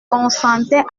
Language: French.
consentait